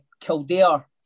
Kildare